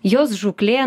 jos žūklė